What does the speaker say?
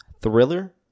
thriller